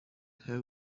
her